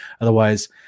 Otherwise